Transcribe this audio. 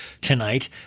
tonight